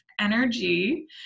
energy